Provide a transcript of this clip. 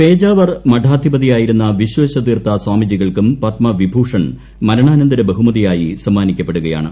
പേജാവർ മഠാധിപതിയായിരുന്ന വിശ്വേശ്വതീർത്ഥ സ്വാമിജികൾക്കും പത്മവിഭൂഷൺ മരണാനന്തര ബഹുമതിയായി സമ്മാനിക്കപ്പെടുകയാണ്